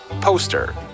poster